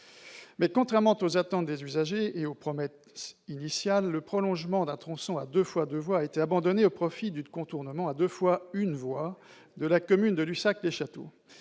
contrairement aux attentes des usagers et aux promesses initiales, le prolongement d'un tronçon à deux fois deux voies a été abandonné au profit du contournement à deux fois une voie de la commune de Lussac-les-Châteaux.